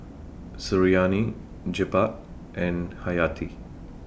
Suriani Jebat and Hayati